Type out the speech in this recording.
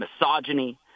misogyny